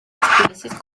თბილისის